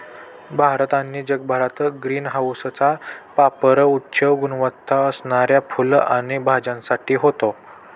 भारत आणि जगभरात ग्रीन हाऊसचा पापर उच्च गुणवत्ता असणाऱ्या फुलं आणि भाज्यांसाठी होतो